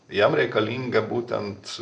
jam reikalinga būtent